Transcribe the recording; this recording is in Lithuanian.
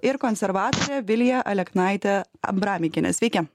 ir konservatore vilija aleknaite abramikiene sveiki